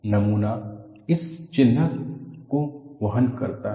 नमूना इस चिह्नक को वहन करता है